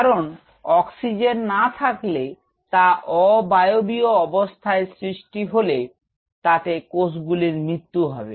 কারন অক্সিজেন না থাকলে যে অবায়বীয় অবস্থার সৃষ্টি হলে তাতে কোষগুলির মৃত্যু হবে